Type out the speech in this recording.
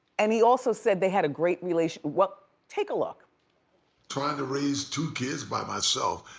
and he also said they had a great relationship. well, take a look. trying to raise two kids by myself,